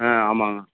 ஆ ஆமாம்